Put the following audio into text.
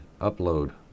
upload